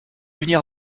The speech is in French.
venir